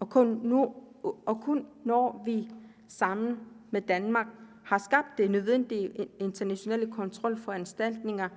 først, når vi sammen med Danmark har skabt de nødvendige internationale kontrolforanstaltninger